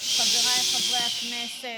חבריי חברי הכנסת,